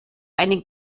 einen